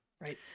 right